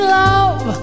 love